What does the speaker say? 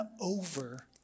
over